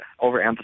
overemphasize